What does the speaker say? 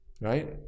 right